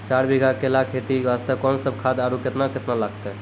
चार बीघा केला खेती वास्ते कोंन सब खाद आरु केतना केतना लगतै?